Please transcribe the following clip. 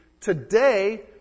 today